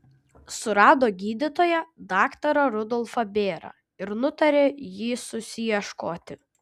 surado gydytoją daktarą rudolfą bėrą ir nutarė jį susiieškoti